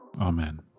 Amen